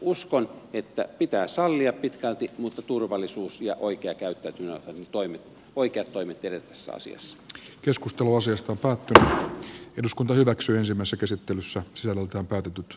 uskon että pitää sallia pitkälti mutta turvallisuus ja oikea toimenpide saisi jos keskustelu asiasta päättävä eduskunta hyväksyisimmassa käsittelyssä selältä otetut